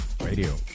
Radio